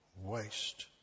waste